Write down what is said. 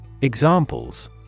Examples